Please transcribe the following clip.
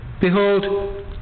Behold